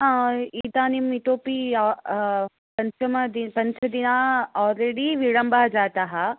इदानीं इतोपि पञ्चमदि पञ्चदिन आल्रेडि विलम्बः जातः